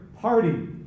party